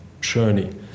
journey